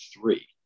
three